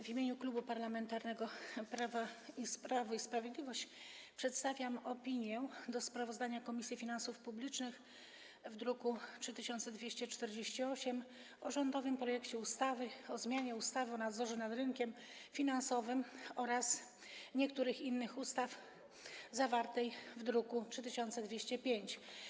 W imieniu Klubu Parlamentarnego Prawo i Sprawiedliwość przedstawiam opinię co do sprawozdania Komisji Finansów Publicznych z druku nr 3248 o rządowym projekcie ustawy o zmianie ustawy o nadzorze nad rynkiem finansowym oraz niektórych innych ustaw, zawartej w druku nr 3205.